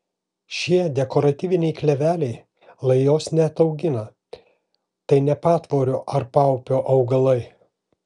šie dekoratyviniai kleveliai lajos neataugina tai ne patvorio ar paupio augalai